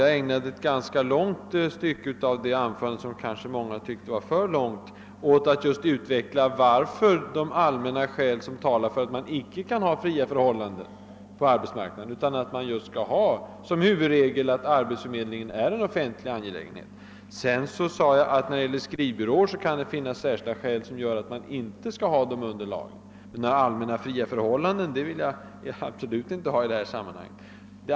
Jag ägnade ett ganska långt stycke av mitt anförande — en del kanske tyckte för långt — just åt att utveckla de skäl, som talar för att man inte kan ha fria förhållanden på arbetsmarknaden, utan att den huvudregeln skall gälla, att arbetsförmedlingen är en offentlig angelägenhet. Jag framhöll att det kan finnas särskilda skäl för att skrivbyråerna inte skall omfattas av de allmänna lagbestämmelserna. Men några allmänt fria förhållanden vill jag inte alls ha på arbetsmarknaden.